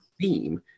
theme